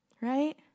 Right